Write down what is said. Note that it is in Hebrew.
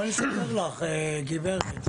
בבקשה, שירי לב רן לביא.